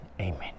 Amen